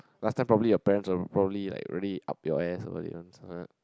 last time probably your parents are probably like really up to your ass about it [one] so I'm like